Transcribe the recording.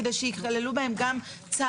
כדי שיכללו בהם גם צהרונים.